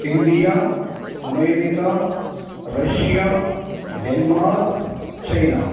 India America Russia Denmark China